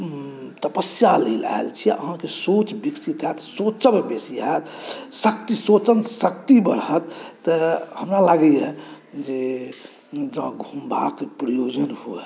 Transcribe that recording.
तपस्या लेल आयल छी अहाँके सोच विकसित होयत सोचल बेसी होयत शक्ति सोचन शक्ति बढ़त तऽ हमरा लागैया जे जँ घुमबाक प्रयोजन होए